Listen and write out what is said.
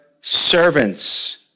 servants